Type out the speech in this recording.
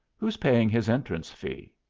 who's paying his entrance fee?